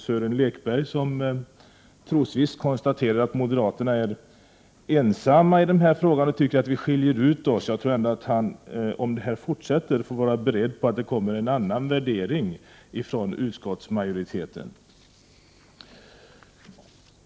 Sören Lekberg, som trosvisst konstaterar att moderaterna är ensamma i den här frågan och tycker att vi skiljer ut oss, får nog, om det här fortsätter, vara beredd på att det kommer en annan värdering från utskottsmajoriteten.